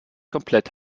komplett